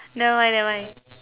never mind never mind